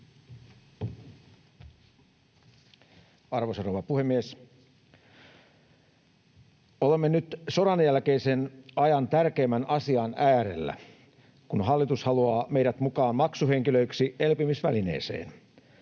Arvoisa rouva puhemies! Olemme nyt sodanjälkeisen ajan tärkeimmän asian äärellä, kun hallitus haluaa meidät mukaan maksuhenkilöiksi elpymisvälineeseen.